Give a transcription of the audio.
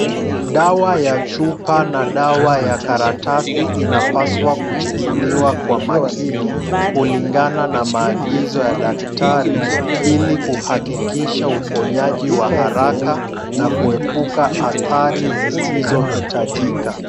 Dawa ya chupa na dawa ya karatasi inapaswa kuchukuliwa kwa makini, kulingana na maagizo ya daktari ili kuhakikisha uponyaji wa haraka na kuepuka hatari zizizo hitajika.